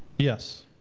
yes.